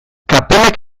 kapelak